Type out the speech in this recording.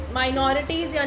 minorities